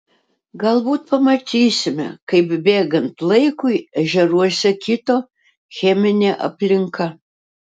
galbūt pamatysime kaip bėgant laikui ežeruose kito cheminė aplinka